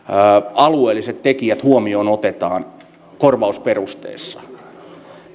alueelliset tekijät otetaan huomioon korvausperusteessa